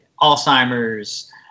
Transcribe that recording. Alzheimer's